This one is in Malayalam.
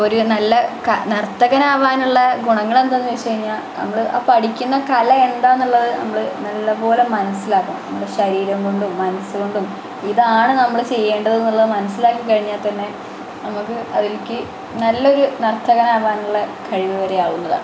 ഇപ്പം ഒരു നല്ല നർത്തകനാവാനുള്ള ഗുണങ്ങളെന്തെന്ന് വച്ച് കഴിഞ്ഞാൽ നമ്മൾ ആ പഴയ കല എന്താണെന്നുള്ളത് നമ്മൾ നല്ലപോലെ മനസ്സിലാക്കണം നമ്മുട ശരീരം കൊണ്ടും മനസ്സുകൊണ്ടും ഇതാണ് നമ്മള് ചെയ്യേണ്ടത് എന്നുള്ളത് മനസ്സിലാക്കിക്കഴിഞ്ഞാത്തന്നെ നമുക്ക് അതിലേക്ക് നല്ലൊരു നർത്തകനാവാനുള്ള കഴിവ് വരെ ആവുന്നതാണ്